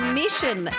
mission